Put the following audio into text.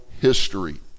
history